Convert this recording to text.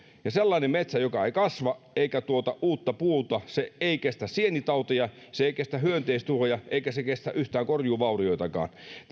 sellainen metsä joka ei kasva eikä tuota uutta puuta ei kestä sienitauteja ei kestä hyönteistuhoja eikä kestä yhtään korjuuvaurioitakaan